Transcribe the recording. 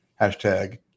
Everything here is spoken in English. Hashtag